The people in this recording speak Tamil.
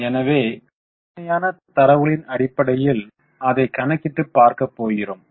எனவே உண்மையான தரவுகளின் அடிப்படையில் அதை கணக்கிட்டு பார்க்க போகிறோம்